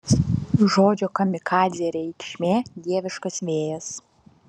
žodžio kamikadzė reikšmė dieviškas vėjas